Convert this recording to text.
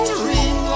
dream